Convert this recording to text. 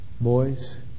boys